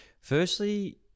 Firstly